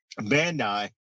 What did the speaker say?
bandai